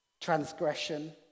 transgression